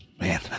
Man